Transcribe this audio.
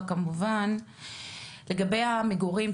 לגבי המגורים,